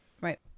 Right